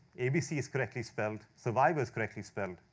abc is correctly spelled. survivor is correctly spelled.